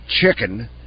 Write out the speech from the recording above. chicken